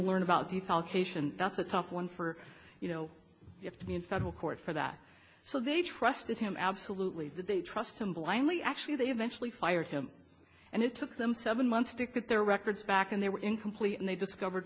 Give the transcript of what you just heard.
cation that's a tough one for you know you have to be in federal court for that so they trusted him absolutely that they trust him blindly actually they eventually fired him and it took them seven months to get their records back and they were incomplete and they discovered